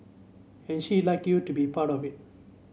and she'd like you to be a part of it